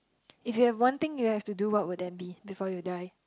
if you have one thing you have to do what would that be before you die